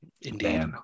Indeed